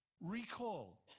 recall